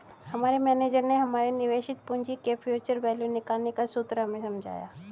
हमारे मेनेजर ने हमारे निवेशित पूंजी की फ्यूचर वैल्यू निकालने का सूत्र हमें समझाया